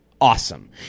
awesome